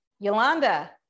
Yolanda